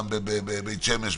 בשכונות בבית שמש,